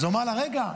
אז הוא אמר לה: רגע,